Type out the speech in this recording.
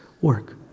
work